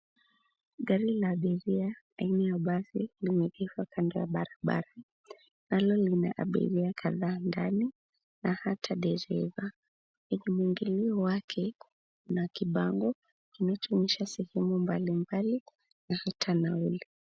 Gari la abiria aina ya basi limeegeshwa kando ya barabara. Nalo lina abiria kadhaa ndani na hata dereva. Kwenye mwingilio wake kuna kibango kinachoonyesha sehemu mbalimbali na hata nauli.